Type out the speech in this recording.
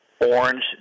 orange